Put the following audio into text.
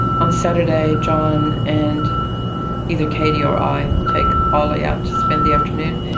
on saturday john and either katie or i take ollie out to spend the afternoon,